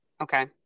Okay